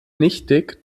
nichtig